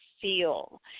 feel